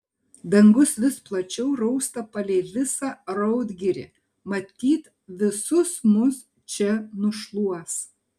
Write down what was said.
dangus vis plačiau rausta palei visą raudgirį matyt visus mus čia nušluos